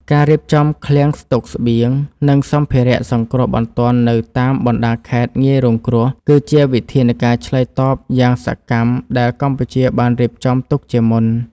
ការរៀបចំឃ្លាំងស្តុកស្បៀង និងសម្ភារៈសង្គ្រោះបន្ទាន់នៅតាមបណ្តាខេត្តងាយរងគ្រោះ គឺជាវិធានការឆ្លើយតបយ៉ាងសកម្មដែលកម្ពុជាបានរៀបចំទុកជាមុន។